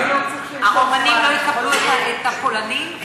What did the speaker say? הרומנים לא יקבלו את הפולנים?